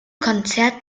konzert